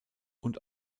und